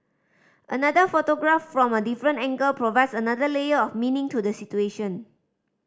another photograph from a different angle provides another layer of meaning to the situation